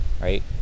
Right